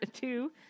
two